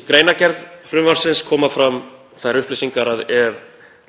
Í greinargerð frumvarpsins koma fram þær upplýsingar að ef